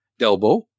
Delbo